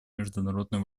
международной